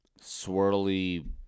swirly